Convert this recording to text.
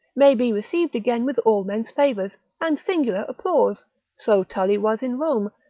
may be received again with all men's favours, and singular applause so tully was in rome,